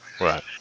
right